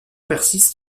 persiste